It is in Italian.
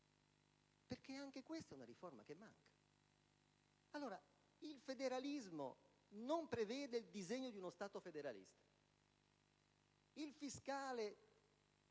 Perché anche questa è una riforma che manca.